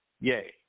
Yay